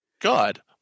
God